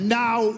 now